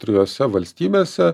trijose valstybėse